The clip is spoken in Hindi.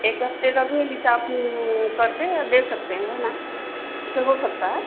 एक हफ्ते का भी हिसाब करते हैं दे सकते हैं है ना ऐसे हो सकता है